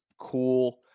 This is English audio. cool